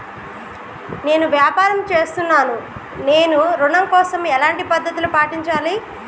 నేను వ్యాపారం చేస్తున్నాను నేను ఋణం కోసం ఎలాంటి పద్దతులు పాటించాలి?